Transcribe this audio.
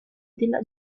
della